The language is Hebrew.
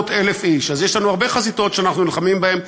אז יש לנו הרבה חזיתות שאנחנו נלחמים בהן.